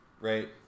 right